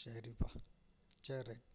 சரிப்பா சேரி ரைட்